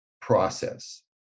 process